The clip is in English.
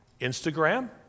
Instagram